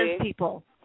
people